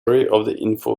info